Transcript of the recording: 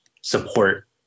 support